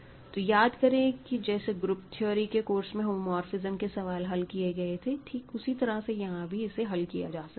तो याद करते हैं कि जैसे ग्रुप थ्योरी के कोर्स में होमोमोर्फिसम के सवाल हल किये गए थे ठीक उसी तरह से यहां भी इसे हल किया जा सकता है